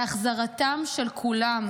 להחזרתם של כולם.